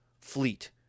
fleet